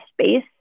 space